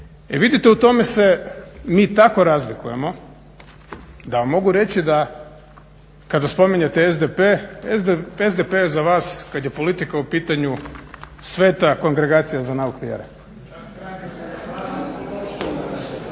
vidite u tome se mi tako razlikujemo da vam mogu reći kada spominjete SDP. SDP je za vas kad je politika u pitanju sveta kongregacija za nauk vjere.